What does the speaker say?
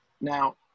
now